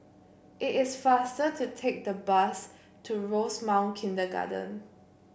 it is faster to take the bus to Rosemount Kindergarten